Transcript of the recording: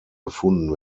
gefunden